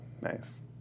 Nice